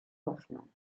hoffnung